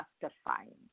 justifying